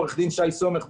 עו"ד שי סומך,